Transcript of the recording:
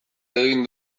egin